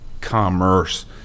commerce